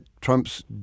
Trump's